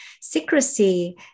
secrecy